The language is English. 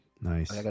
Nice